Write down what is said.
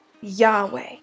Yahweh